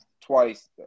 twice